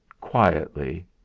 quietly